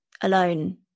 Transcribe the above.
alone